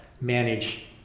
manage